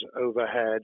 overhead